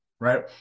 right